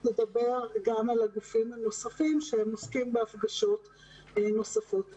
תדבר גם על הגופים הנוספים שעוסקים בהפגשות נוספות.